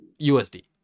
USD